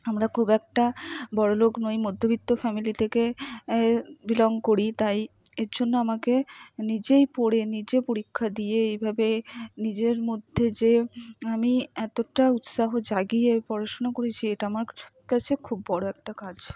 আমরা খুব একটা বড়োলোক নই মধ্যবিত্ত ফ্যামিলি থেকে বিলং করি তাই এর জন্য আমাকে নিজেই পড়ে নিজে পরীক্ষা দিয়ে এইভাবে নিজের মধ্যে যে আমি এতটা উৎসাহ জাগিয়ে পড়াশোনা করেছি এটা আমার কাছে খুব বড়ো একটা কাজ